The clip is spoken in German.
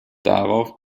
darauf